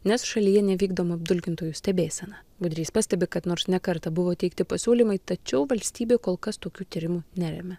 nes šalyje nevykdoma apdulkintojų stebėsena budrys pastebi kad nors ne kartą buvo teikti pasiūlymai tačiau valstybė kol kas tokių tyrimų neremia